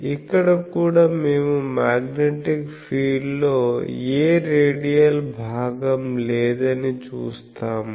ఇక్కడ కూడా మేము మాగ్నెటిక్ ఫీల్డ్ లో ఏ రేడియల్ భాగంలేదని చూస్తాము